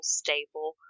stable